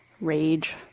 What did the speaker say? rage